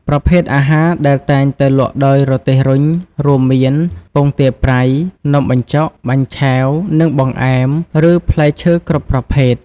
ប្រភេទអាហារដែលតែងតែលក់ដោយរទេះរុញ រួមមាន ពងទាប្រៃ នំបញ្ចុក បាញ់ឆែវ និងបង្អែម ឬផ្លែឈើគ្រប់ប្រភេទ។